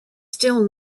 still